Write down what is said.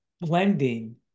blending